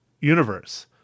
Universe